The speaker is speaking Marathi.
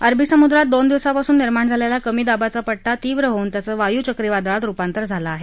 अरबी समुद्रात दोन दिवसांपासून निर्माण झालेला कमी दाबाचा पट्टा तीव्र होऊन त्याचं वायू चक्रीवादळात रुपांतर झालं आहे